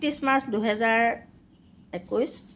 একত্ৰিছ মাৰ্চ দুইহাজাৰ একৈছ